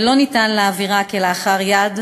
ולא ניתן להעבירה כלאחר יד,